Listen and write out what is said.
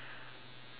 really